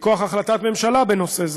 מכוח החלטת הממשלה בנושא זה,